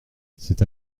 c’est